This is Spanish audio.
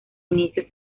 inicio